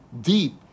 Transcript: deep